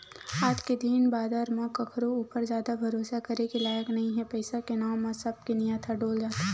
आज के दिन बादर म कखरो ऊपर जादा भरोसा करे के लायक नइ हे पइसा के नांव म सब के नियत ह डोल जाथे